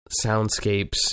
soundscapes